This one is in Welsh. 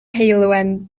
heulwen